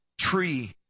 tree